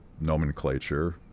nomenclature